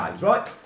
right